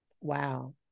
Wow